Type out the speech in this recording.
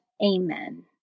Amen